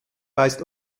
weist